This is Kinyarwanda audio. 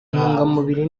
ntungamubiri